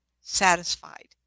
satisfied